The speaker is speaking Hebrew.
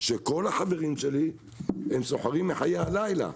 וכל החברים שלי הם סוחרים מחיי הלילה.